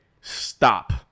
stop